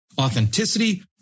authenticity